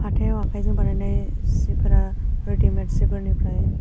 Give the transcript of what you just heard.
हाथाइआव आखायजों बानायनाय जिफोरा रेदिमेटसो जिफोरनिफ्राय